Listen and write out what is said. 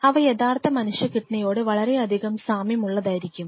അവ യഥാർത്ഥ മനുഷ്യ കിഡ്നിയോട് വളരെയധികം സാമ്യമുള്ളതായിരിക്കും